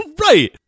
Right